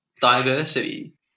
Diversity